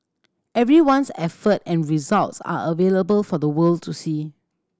everyone's effort and results are available for the world to see